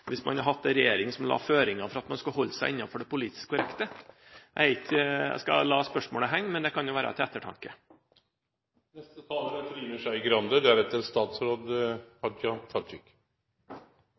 la føringer for at man skulle holde seg innenfor det politiske feltet. Jeg skal la spørsmålet henge, men det kan jo være til ettertanke. Jeg vil begynne med å si at jeg syns det er